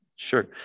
Sure